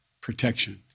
protection